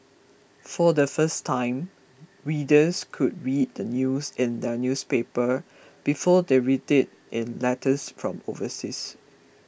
for the first time readers could read the news in their newspaper before they read it in letters from overseas